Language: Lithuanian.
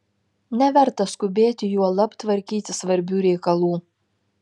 neverta skubėti juolab tvarkyti svarbių reikalų